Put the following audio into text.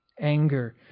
anger